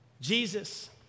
Jesus